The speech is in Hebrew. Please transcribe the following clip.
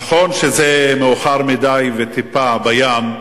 נכון שזה מאוחר מדי וטיפה בים.